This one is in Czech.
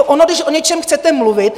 Ono, když o něčem chcete mluvit...